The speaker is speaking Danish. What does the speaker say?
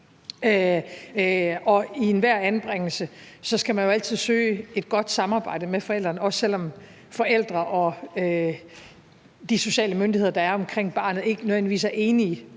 I enhver anbringelse skal man jo altid søge et godt samarbejde med forældrene, også selv om forældrene og de sociale myndigheder, der er omkring barnet, ikke nødvendigvis er enige